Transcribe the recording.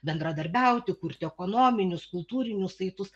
bendradarbiauti kurti ekonominius kultūrinius saitus